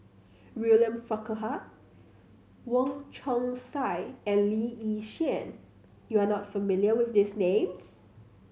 William Farquhar Wong Chong Sai and Lee Yi Shyan you are not familiar with these names